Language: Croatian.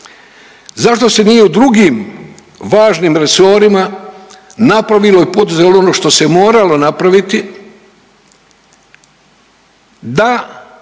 Zašto se nije u drugim važnim resorima napravilo i poduzelo ono što se moralo napraviti